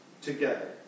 together